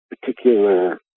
particular